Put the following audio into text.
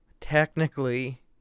technically